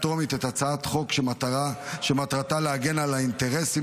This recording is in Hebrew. טרומית את הצעת החוק שמטרתה להגן על האינטרסים